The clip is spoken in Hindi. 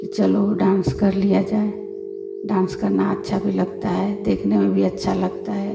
कि चलो डांस कर लिया जाए डांस करना अच्छा भी लगता है देखने में भी अच्छा लगता है